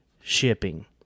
shipping